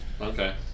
Okay